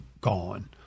gone